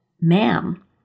ma'am